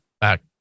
back